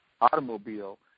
automobile